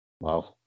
wow